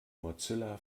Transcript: mozilla